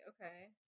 Okay